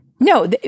No